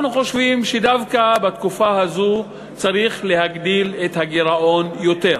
אנחנו חושבים שדווקא בתקופה הזאת צריך להגדיל את הגירעון עוד יותר.